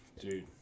Dude